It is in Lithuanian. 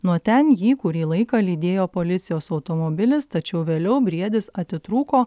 nuo ten jį kurį laiką lydėjo policijos automobilis tačiau vėliau briedis atitrūko